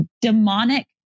demonic